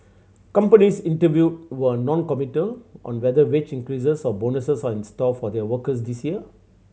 companies interviewed were noncommittal on whether wage increases or bonuses are in store for their workers this year